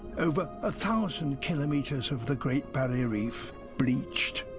over a thousand kilometers of the great barrier reef bleached.